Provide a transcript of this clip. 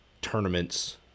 tournaments